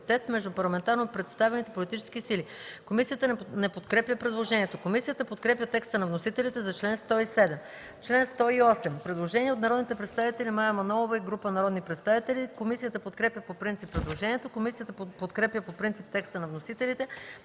парламентарно представените политически сили”.” Комисията не подкрепя предложението. Комисията подкрепя текста на вносителите за чл. 107. По чл. 108 – предложение от Мая Манолова и група народни представители. Комисията подкрепя по принцип предложението. Комисията подкрепя по принцип текста на вносителите